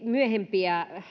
myöhempiä